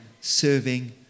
serving